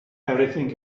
everything